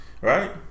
Right